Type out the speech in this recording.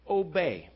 obey